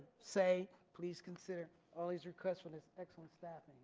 say please consider all these requests for this excellent staff,